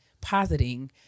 positing